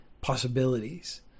possibilities